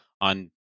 on